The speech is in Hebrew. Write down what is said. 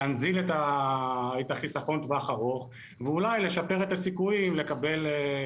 להנזיל את החיסכון לטווח ארוך ואולי לשפר את הסיכויים לקבל